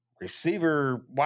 receiver